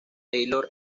taylor